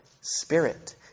Spirit